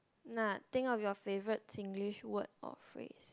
nah think of your favorite Singlish word or phrase